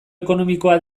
ekonomikoa